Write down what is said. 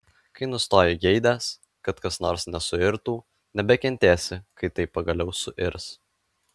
kai nustoji geidęs kad kas nors nesuirtų nebekentėsi kai tai pagaliau suirs